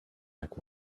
like